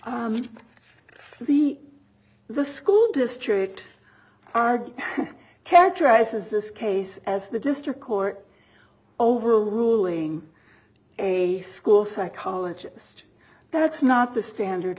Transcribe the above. the the school district are characterized as this case as the district court overruled saying a school psychologist that's not the standard